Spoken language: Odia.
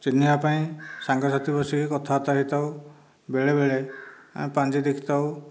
ଚିହ୍ନିବା ପାଇଁ ସାଙ୍ଗ ସାଥି ବସିକି କଥାବାର୍ତ୍ତା ହୋଇଥାଉ ବେଳେ ବେଳେ ପାଞ୍ଜି ଦେଖିଥାଉ